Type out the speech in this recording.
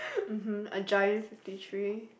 mmhmm a giant fifty three